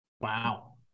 Wow